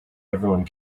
everyone